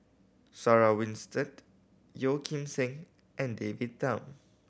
Sarah Winstedt Yeo Kim Seng and David Tham